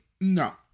No